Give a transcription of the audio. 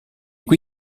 qui